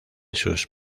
sus